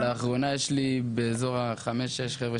לאחרונה יש לי באזור חמישה-שישה חבר'ה